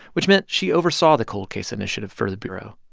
which meant she oversaw the cold case initiative for the bureau.